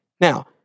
Now